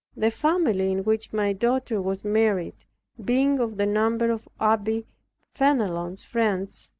the family in which my daughter was married being of the number of abbe fenelon's friends,